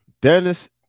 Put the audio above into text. Dennis